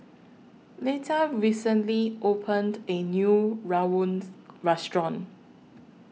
Leta recently opened A New Rawon Restaurant